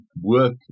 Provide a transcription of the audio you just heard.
work